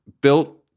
built